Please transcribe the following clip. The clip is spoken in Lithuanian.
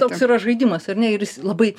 toks yra žaidimas ar ne ir jis labai